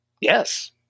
Yes